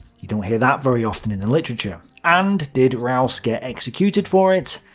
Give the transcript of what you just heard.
you don't hear that very often in the literature. and did raus get executed for it?